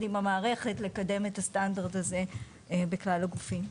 עם המערכת לקדם את הסטנדרט הזה בכלל הגופים.